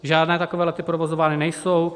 Žádné takové lety provozovány nejsou.